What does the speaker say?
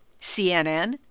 CNN